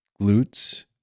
glutes